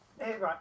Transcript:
Right